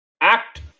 Act